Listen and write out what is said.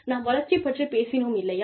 நாம் வளர்ச்சி பற்றி பேசினோம் இல்லையா